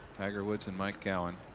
tiger woods and mike cowan.